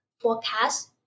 forecast